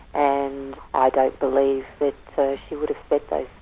and i don't believe that she would but like